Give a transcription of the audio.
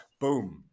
Boom